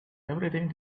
everything